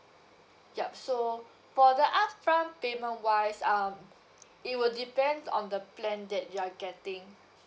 yup so for the upfront payment wise um it will depends on the plan that you're getting